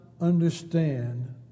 understand